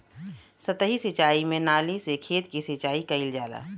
सतही सिंचाई में नाली से खेत के सिंचाई कइल जाला